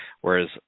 Whereas